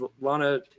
Lana